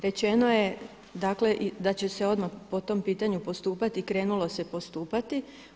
Rečeno je dakle da će se odmah po tom pitanju postupati i krenulo se postupati.